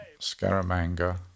Scaramanga